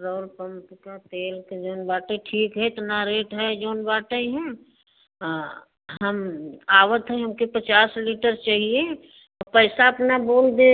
petrol pump का तेल जोन बाटे ठीक है इतना रेट है जोन बाटे है हाँ हम आते हैं हमें पचास लीटर चाहिए पैसा अपना बोल दे